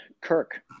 kirk